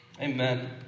Amen